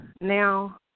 Now